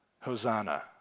Hosanna